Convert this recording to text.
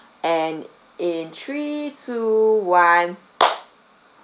and in three two one